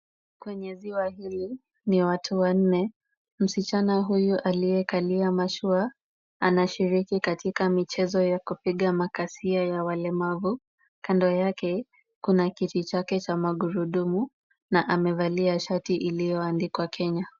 Kwenye ziwa hili, ni watu wanne. Msichana huyu aliyekalia mashua, anashiriki katika michezo ya kupiga makasia ya walemavu. Kando yake kuna kiti chake cha magurudumu, na amevalia shati iliyoandikwa Kenya.